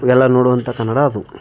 ಎಲ್ಲ ನೋಡುವಂಥ ಕನ್ನಡ ಅದು